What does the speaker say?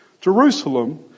Jerusalem